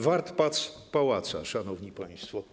Wart Pac pałaca, szanowni państwo.